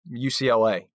UCLA